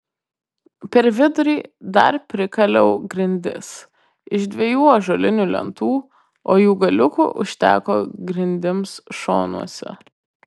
per vidurį dar prikaliau grindis iš dviejų ąžuolinių lentų o jų galiukų užteko grindims šonuose